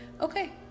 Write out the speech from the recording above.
okay